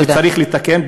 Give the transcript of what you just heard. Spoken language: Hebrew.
כי צריך לתקן.